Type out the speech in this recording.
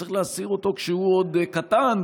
וצריך להסיר אותו כשהוא עוד קטן,